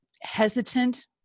hesitant